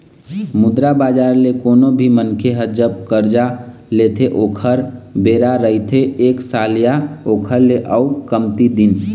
मुद्रा बजार ले कोनो भी मनखे ह जब करजा लेथे ओखर बेरा रहिथे एक साल या ओखर ले अउ कमती दिन